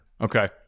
Okay